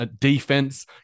defense